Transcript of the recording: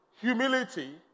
humility